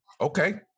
okay